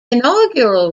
inaugural